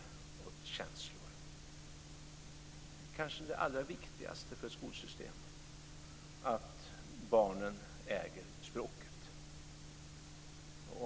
Det är kanske det allra viktigaste för ett skolsystem att barnen äger språket.